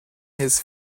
his